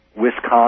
Wisconsin